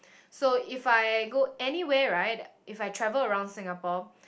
so if I go anywhere right if I travel around Singapore